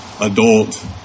adult